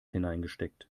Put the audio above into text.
hineingesteckt